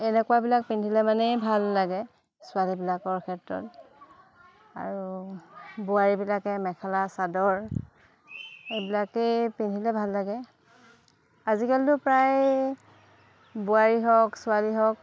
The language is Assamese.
এনেকুৱাবিলাক পিন্ধিলে মানেই ভাল লাগে ছোৱালীবিলাকৰ ক্ষেত্ৰত আৰু বোৱাৰীবিলাকে মেখেলা চাদৰ এইবিলাকেই পিন্ধিলে ভাল লাগে আজিকালিতো প্ৰায় বোৱাৰী হওক ছোৱালী হওক